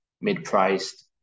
mid-priced